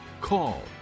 Call